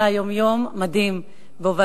היה היום יום מדהים בהובלתך.